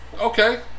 Okay